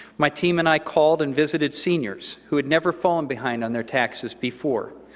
my team and i called and visited seniors who had never fallen behind on their taxes before,